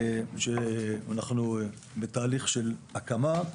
שאנחנו בתהליך של הקמה,